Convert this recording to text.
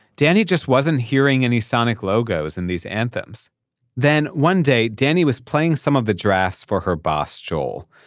danni just wasn't hearing any sonic logos in these anthems then one day, danni was playing some of the drafts for her boss, joel.